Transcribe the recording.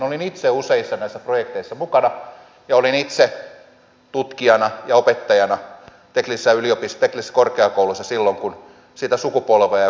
olin itse useissa näistä projekteista mukana ja olin itse tutkijana ja opettajana teknillisessä korkeakoulussa silloin kun sitä sukupolvea joka nokiaa sitten myöhemmin jatkoi koulutettiin